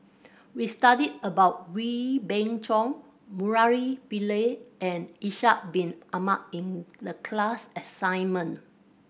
we studied about Wee Beng Chong Murali Pillai and Ishak Bin Ahmad in the class assignment